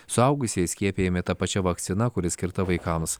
suaugusieji skiepijami ta pačia vakcina kuri skirta vaikams